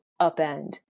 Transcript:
upend